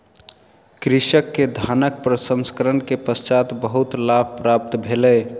कृषक के धानक प्रसंस्करण के पश्चात बहुत लाभ प्राप्त भेलै